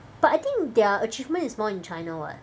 but I think their achievement is more in China what